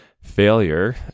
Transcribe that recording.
failure